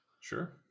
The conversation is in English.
sure